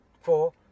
four